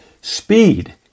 Speed